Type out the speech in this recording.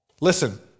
Listen